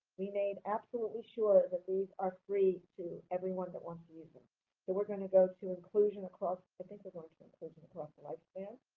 we made absolutely sure that these are free to everyone that wants to use them. so, we're gonna go to inclusion across i think we're going to inclusion across the life-span.